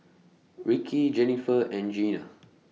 Ricky Jenniffer and Jeana